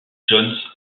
johns